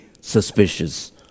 suspicious